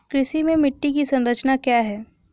कृषि में मिट्टी की संरचना क्या है?